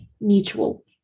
mutual